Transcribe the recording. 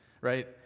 right